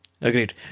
Agreed